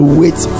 wait